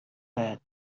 bed